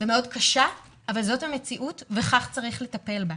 ומאוד קשה, אבל זאת המציאות וכך צריך לטפל בה.